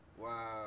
Wow